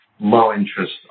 low-interest